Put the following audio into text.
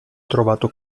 trovato